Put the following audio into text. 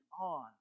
on